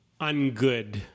ungood